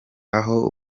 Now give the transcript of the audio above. aho